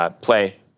play